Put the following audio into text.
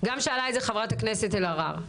גם שאלה את זה חברת הכנסת אלהרר.